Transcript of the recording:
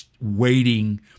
waiting